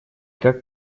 как